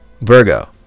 Virgo